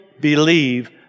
believe